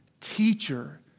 teacher